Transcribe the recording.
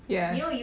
ya